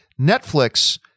Netflix